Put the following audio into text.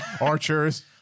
archers